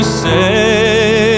say